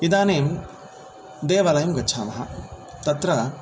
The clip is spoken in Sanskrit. इदानीं देवालयं गच्छामः तत्र